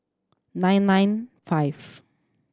nine nine five